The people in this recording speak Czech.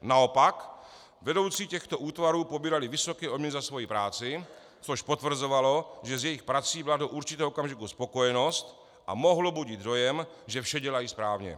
Naopak, vedoucí těchto útvarů pobírali vysoké odměny za svoji práci, což potvrzovalo, že s jejich prací byla do určitého okamžiku spokojenost, a mohlo budit dojem, že vše dělají správně.